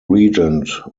regent